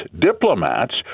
diplomats